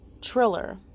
Triller